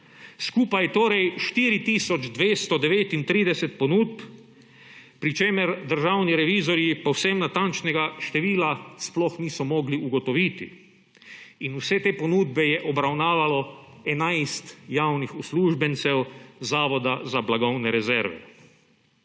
skupaj torej 4 tisoč 239 ponudb, pri čemer državni revizorji povsem natančnega števila sploh niso mogli ugotoviti. Vse te ponudbe je obravnavalo enajst javnih uslužbencev Zavoda za blagovne rezerve.